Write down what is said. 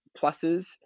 pluses